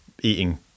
eating